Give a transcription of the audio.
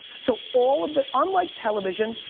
so, all of their, unlike television,